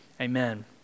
Amen